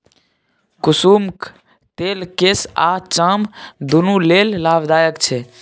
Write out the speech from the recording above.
कुसुमक तेल केस आ चाम दुनु लेल लाभदायक छै